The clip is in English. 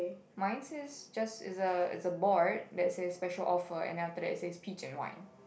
mine says just is a is a board that says special offer and then after that it says peach and wine